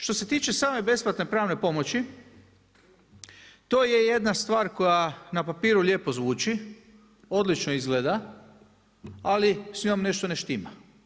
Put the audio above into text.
Što se tiče same besplatne pravne pomoći, to je jedna stvar koja na papiru lijepo zvuči, odlično izgleda ali s njom nešto ne štima.